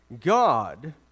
God